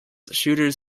shooters